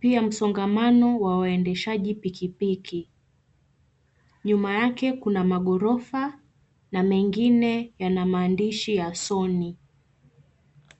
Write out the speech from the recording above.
pia msongamano wa waendeshaji piki piki. Nyuma yake kuna magorofa na mengine yana maandishi ya sony.